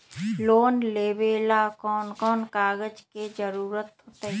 Loan लेवेला कौन कौन कागज के जरूरत होतई?